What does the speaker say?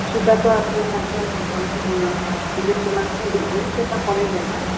কিছু টাকা আপনি হয়তো বিবেচনা করে দেখবেন সেটা পরের ব্যাপার